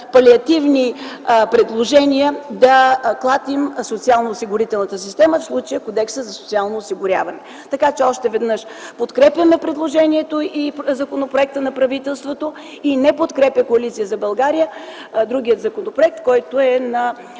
палиативни предложения да клатим социалноосигурителната система – в случая Кодекса за социално осигуряване. Още веднъж – подкрепяме предложението и законопроекта на правителството и Коалиция за България не подкрепя другия законопроект, който е на